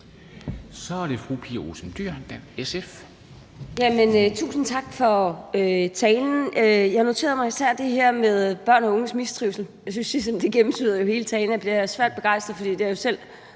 SF. Kl. 17:20 Pia Olsen Dyhr (SF): Tusind tak for talen. Jeg noterede mig især det her med børn og unges mistrivsel. Jeg synes, det gennemsyrede hele talen, og det er jeg svært begejstret for, for det er jeg jo selv